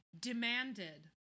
demanded